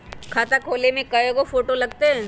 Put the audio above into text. खाता खोले में कइगो फ़ोटो लगतै?